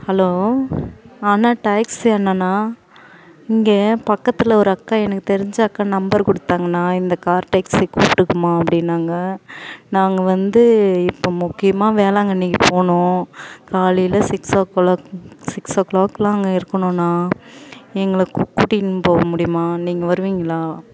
hello ஆ அண்ணா taxi அண்ணணா இங்கே பக்கத்தில் ஒரு அக்கா எனக்கு தெரிஞ்ச அக்கா நம்பர் கொடுத்தாங்கண்ணா இந்த கார் டேக்ஸி கூப்பிட்டுக்கம்மா அப்படின்னாங்க நாங்கள் வந்து இப்போ முக்கியமாக வேளாங்கண்ணிக்கு போகணும் காலையில் சிக்ஸ் ஓ க்ளாக் சிக்ஸ் ஓ க்ளாக்லாம் அங்கே இருக்கணுண்ணா எங்களை கூ கூட்டிக்கினு போக முடியுமா நீங்கள் வருவீங்களா